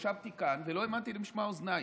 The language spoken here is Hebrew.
ישבתי כאן ולא האמנתי למשמע אוזניי.